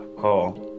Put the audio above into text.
call